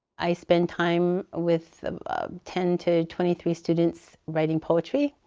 i spend time with ten to twenty three students writing poetry,